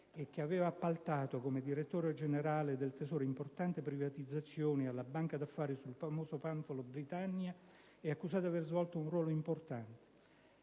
che aveva appaltato, come direttore generale del Tesoro, importanti privatizzazioni alla banca d'affari sul famoso panfilo Britannia - è accusata di aver svolto un ruolo importante.